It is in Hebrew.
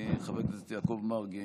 חבר הכנסת יעקב מרגי,